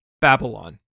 Babylon